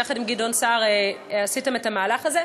יחד עם גדעון סער עשיתם את המהלך הזה.